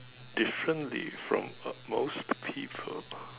differently from most people